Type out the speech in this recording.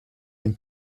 den